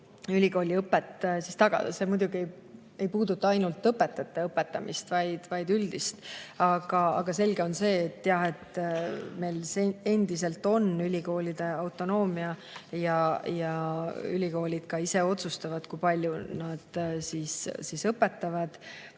ülikooliõpe tagada. See muidugi ei puuduta ainult õpetajate õpetamist, vaid üldse. Aga selge on see, et meil endiselt on ülikoolide autonoomia ja ülikoolid ise otsustavad, kui palju nad õpetavad.